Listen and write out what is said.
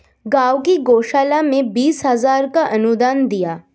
गांव की गौशाला में बीस हजार का अनुदान दिया